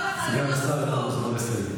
גם נשים עוזבות בתים.